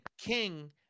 king